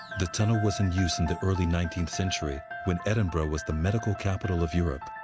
the tunnel was in use in the early nineteenth century, when edinburgh was the medical capital of europe.